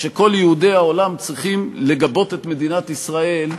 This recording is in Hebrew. שכל יהודי העולם צריכים לגבות את מדינת ישראל,